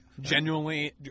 Genuinely